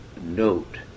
note